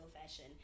fashion